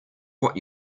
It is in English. what